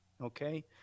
okay